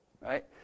Right